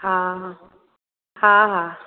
हा हा हा